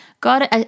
God